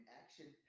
action